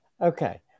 Okay